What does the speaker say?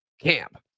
camp